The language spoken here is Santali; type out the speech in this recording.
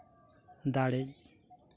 ᱫᱟᱲᱮᱜ